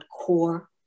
core